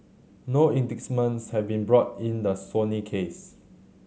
no indictments have been brought in the Sony case